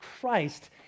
Christ